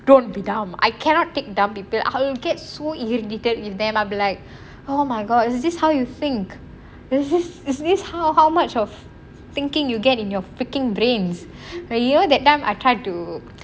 don't be dumb I cannot take dumb people I will get so irritated with them I will be like oh my god is this how you think this is this is this how how much of thinking you'll get in your freaking brains a yar that time I tried to